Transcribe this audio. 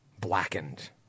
blackened